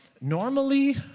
normally